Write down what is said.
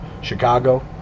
Chicago